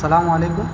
سلام علیکم